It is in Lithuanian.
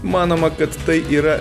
manoma kad tai yra